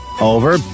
over